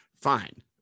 fine